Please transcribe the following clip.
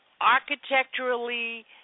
architecturally